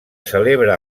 celebra